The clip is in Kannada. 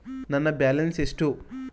ನನ್ನ ಬ್ಯಾಲೆನ್ಸ್ ಎಷ್ಟು?